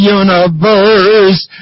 universe